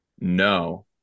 No